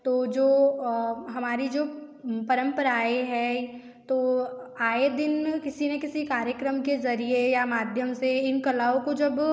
तो जो हमारी जो परंपराएँ हैं तो आए दिन किसी ना किसी कार्यक्रम के ज़रिए या माध्यम से इन कलाओं को जब